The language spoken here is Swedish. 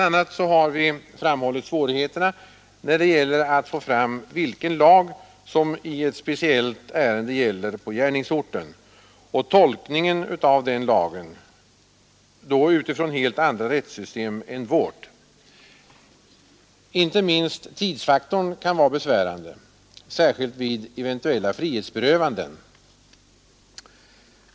a. har vi framhållit svårigheterna när det gäller att få fram vilken lag som i ett speciellt ärende gäller på gärningsorten och hur den lagen skall tolkas utifrån helt andra rättssystem än vårt. Inte minst tidsfaktorn kan vara besvärande, särskilt vid eventuella frihetsberövanden.